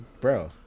bro